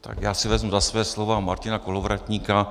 Tak já si vezmu za svá slova Martina Kolovratníka.